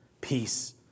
peace